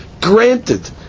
granted